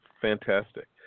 fantastic